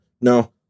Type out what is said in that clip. No